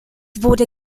wurde